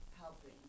helping